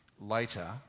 Later